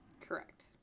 Correct